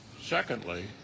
Secondly